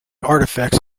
artifacts